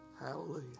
Hallelujah